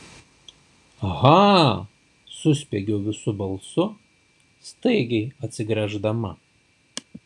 aha suspiegiau visu balsu staigiai atsigręždama